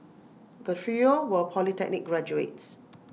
the trio were polytechnic graduates